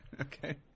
Okay